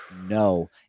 No